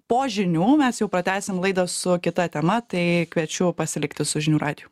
po žinių mes jau pratęsim laidą su kita tema tai kviečiu pasilikti su žinių radiju